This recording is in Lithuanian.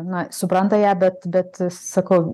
na supranta ją bet bet sakau